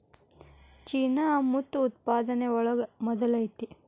ಚೇನಾ ಮುತ್ತು ಉತ್ಪಾದನೆ ಒಳಗ ಮೊದಲ ಐತಿ